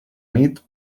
nit